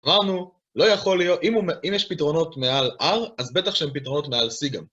אמרנו, לא יכול להיות, אם יש פתרונות מעל R אז בטח שהם פתרונות מעל C גם